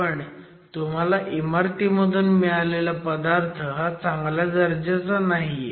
पण तुम्हाला इमारतीमधून मिळालेला पदार्थ हा चांगल्या दर्जाचा नाहीये